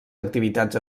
activitats